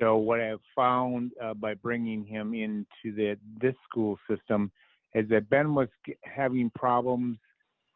so, what i've found by bringing him into this school system is that ben was having problems